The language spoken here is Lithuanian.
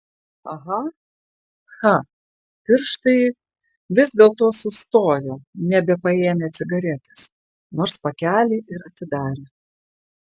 aha cha pirštai vis dėlto sustojo nebepaėmę cigaretės nors pakelį ir atidarė